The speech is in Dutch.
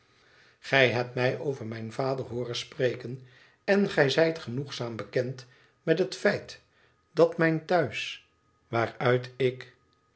mijn vader hooren spreken en gij zijt genoegzaam bekend met het feit dat mijn thuis waaruit ik